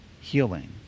healing